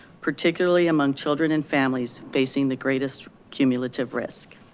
particularly among children and families facing the greatest cumulative risk.